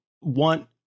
want